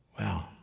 Wow